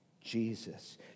Jesus